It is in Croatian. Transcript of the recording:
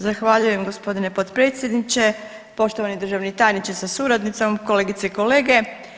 Zahvaljujem g. potpredsjedniče, poštovani državni tajniče sa suradnicom, kolegice i kolege.